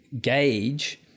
gauge